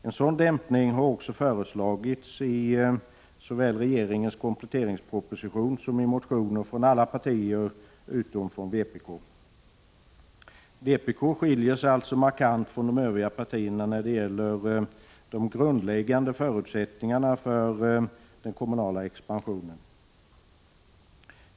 En sådan dämpning har också föreslagits i såväl regeringens kompletteringsproposition som i motioner från alla partier utom vpk. Vpk skiljer sig alltså markant från de övriga partierna när det gäller de grundläggande förutsättningarna för den kommunala expansionen.